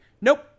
nope